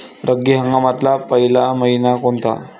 रब्बी हंगामातला पयला मइना कोनता?